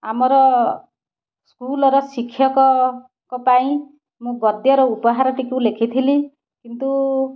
ଆମର ସ୍କୁଲ୍ର ଶିକ୍ଷକଙ୍କ ପାଇଁ ମୁଁ ଗଦ୍ୟର ଉପହାର ଟିକୁ ଲେଖିଥିଲି କିନ୍ତୁ